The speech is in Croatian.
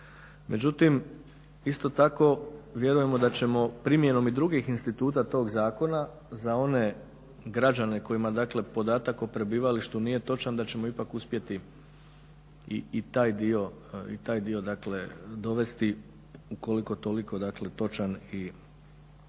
Međutim isto tako vjerujemo da ćemo primjenom i drugih instituta tog zakona za one građane kojima podatak o prebivalištu nije točan, da ćemo ipak uspjeti i taj dio dakle dovesti ukoliko toliko točan i ja